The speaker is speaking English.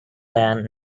ryan